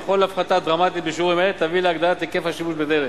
וכל הפחתה דרמטית בשיעורים אלה תביא להגדלת היקף השימוש בדלק